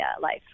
life